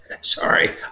Sorry